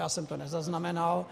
Já jsem to nezaznamenal.